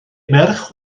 merch